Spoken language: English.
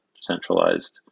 centralized